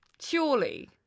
Surely